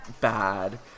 bad